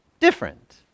different